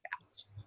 fast